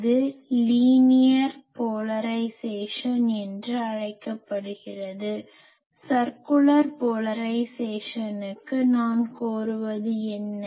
இது linear polarisation என்று அழைக்கப்படுகிறது சர்குலர் போலரைஸேசனுக்கு வட்ட துருவமுனைப்பு நான் கோருவது என்ன